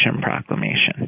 Proclamation